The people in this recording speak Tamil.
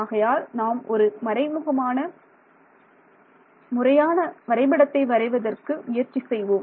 ஆகையால் நாம் ஒரு முறையான வரைபடத்தை வரைவதற்கு முயற்சி செய்வோம்